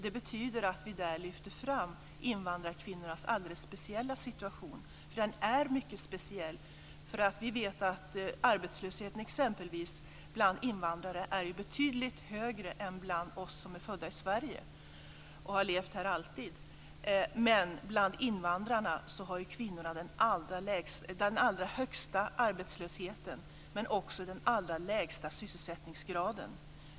Det betyder att vi lyfter fram invandrarkvinnornas alldeles speciella situation, och den är ju mycket speciell. Vi vet exempelvis att arbetslösheten bland invandrare är betydligt högre än bland oss som är födda i Sverige och som alltid har levt här. Och bland invandrarna har kvinnorna den allra högsta arbetslösheten - men också den allra lägsta sysselsättningsgraden.